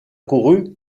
couru